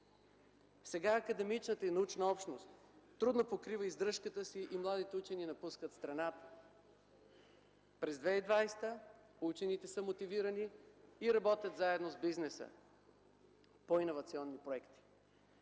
Сега академичната и научната общност трудно покрива издръжката си и младите учени напускат страната. През 2020 г. учените са мотивирани и работят заедно с бизнеса по иновационни проекти.